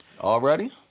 Already